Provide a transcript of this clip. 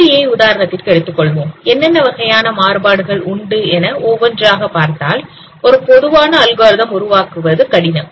புலியை உதாரணத்திற்கு எடுத்துக்கொள்வோம் என்னென்ன வகையான மாறுபாடுகள் உண்டு என ஒவ்வொன்றாக பார்த்தாள் ஒரு பொதுவான அல்கோரிதம் உருவாக்குவது கடினம்